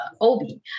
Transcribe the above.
Obi